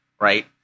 right